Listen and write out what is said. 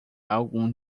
algum